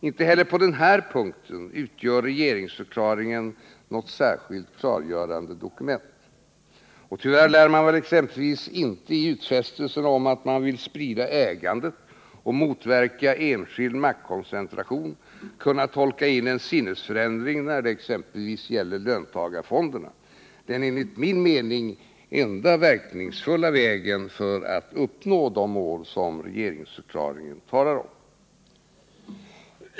Inte heller på den här punkten utgör regeringsförklaringen något särskilt klargörande dokument. Tyvärr lär man väl exempelvis inte i utfästelserna om att man vill sprida ägandet och motverka enskild maktkoncentration kunna tolka in en sinnesförändring när det exempelvis gäller löntagarfonderna, den enligt min mening enda verkningsfulla vägen att uppnå de mål som det talas om i regeringsförklaringen.